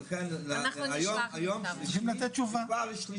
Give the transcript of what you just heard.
צריכים לתת תשובה.